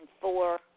four